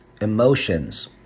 emotions